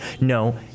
No